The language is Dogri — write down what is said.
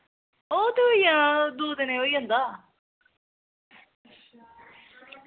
ओह् ते होई जाना दो दिनें च होई जंदा